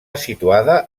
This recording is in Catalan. situada